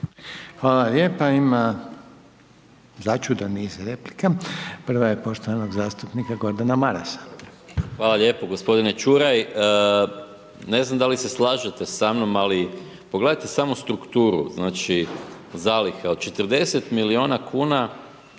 Hvala lijepa. Ima začudan niz replika. Prvo je poštovanog zastupnika Gordana Marasa. **Maras, Gordan (SDP)** Hvala lijepo. G. Čuraj, ne znam da li se slažete sa mnom, ali pogledajte samo strukturu, znači, zaliha od 40 milijuna kn